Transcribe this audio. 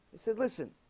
they said listen?